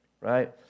right